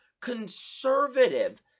conservative